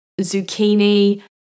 zucchini